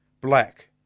Black